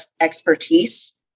expertise